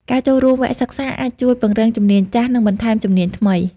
ការចូលរួមវគ្គសិក្សាអាចជួយពង្រឹងជំនាញចាស់ និងបន្ថែមជំនាញថ្មី។